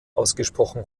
ausgesprochen